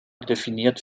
definiert